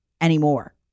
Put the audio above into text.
anymore